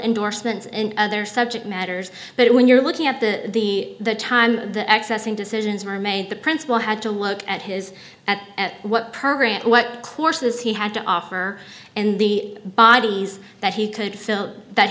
endorsements and other subject matters but when you're looking at the the the time that accessing decisions were made the principal had to look at his at at what perjury and what clauses he had to offer and the bodies that he could fill that